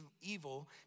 evil